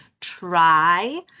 try